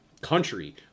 country